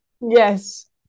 Yes